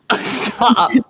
stop